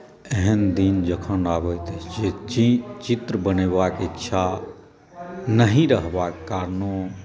एहन दिन जखन आबैत अछि जे चित्र बनेबाक इच्छा नहि रहबाक कारणो